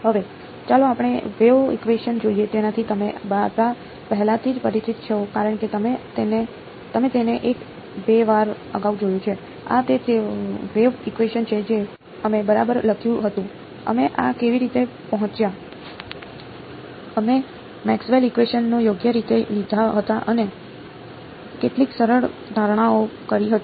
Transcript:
હવે ચાલો આપણે વેવ ઇકવેશન ને યોગ્ય રીતે લીધા હતા અને કેટલીક સરળ ધારણાઓ કરી હતી